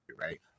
right